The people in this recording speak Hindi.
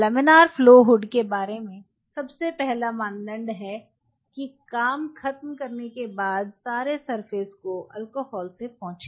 लमिनार फ्लो हुड के बारे में सबसे पहले मानदंड है कि काम ख़त्म करने के बाद सरे सरफेस को अलकोहल से पोंछें